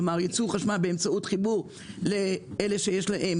כלומר ייצור חשמל באמצעות חיבור לאלה שיש להם